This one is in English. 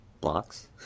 blocks